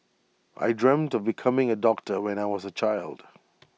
I dreamt of becoming A doctor when I was A child